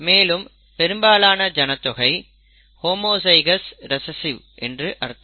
மேலும் பெரும்பாலான ஜனத்தொகை ஹோமோஜைகௌஸ் ரிசஸ்ஸிவ் என்று அர்த்தம்